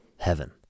Heaven